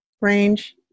range